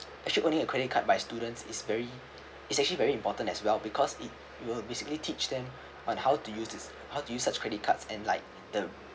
actually only a credit card by students is very is actually very important as well because it will basically teach them on how to use this how do you such credit cards and like the